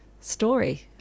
story